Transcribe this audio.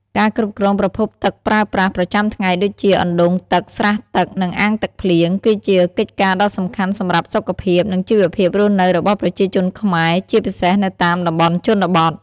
ការគ្រប់គ្រងប្រភពទឹកប្រើប្រាស់ប្រចាំថ្ងៃដូចជា អណ្ដូងទឹក ស្រះទឹក និងអាងទឹកភ្លៀង គឺជាកិច្ចការដ៏សំខាន់សម្រាប់សុខភាព និងជីវភាពរស់នៅរបស់ប្រជាជនខ្មែរ ជាពិសេសនៅតាមតំបន់ជនបទ។